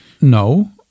No